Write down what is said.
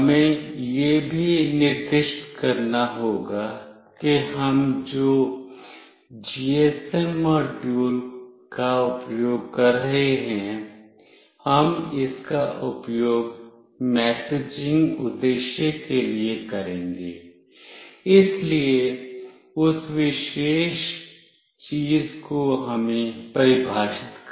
हमें यह भी निर्दिष्ट करना होगा कि हम जो जीएसएम मॉड्यूल का उपयोग कर रहे हैं हम इसका उपयोग मैसेजिंग उद्देश्य के लिए करेंगे इसलिए उस विशेष चीज को हमें परिभाषित करना होगा